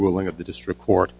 ruling of the district court